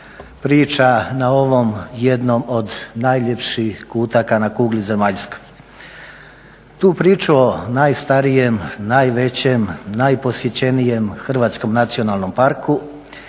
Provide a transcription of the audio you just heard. priča na ovom jednom od najljepših kutaka na kugli zemaljskoj. Tu priču o najstarijem, najvećem, najposjećenijem hrvatskom nacionalnom parku